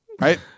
right